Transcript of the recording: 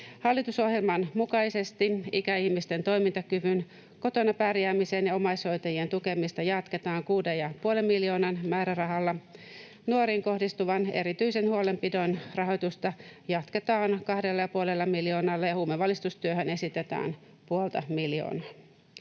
Hallitusohjelman mukaisesti ikäihmisten toimintakyvyn, kotona pärjäämisen ja omaishoitajien tukemista jatketaan 6,5 miljoonan määrärahalla. Nuoriin kohdistuvan erityisen huolenpidon rahoitusta jatketaan 2,5 miljoonalla, ja huumevalistustyöhön esitetään puolta miljoonaa.